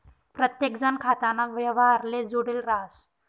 प्रत्येकजण खाताना व्यवहारले जुडेल राहस